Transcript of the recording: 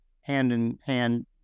hand-in-hand